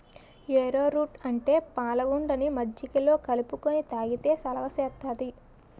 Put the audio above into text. ఏరో route అంటే పాలగుండని మజ్జిగలో కలుపుకొని తాగితే సలవ సేత్తాది